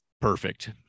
Perfect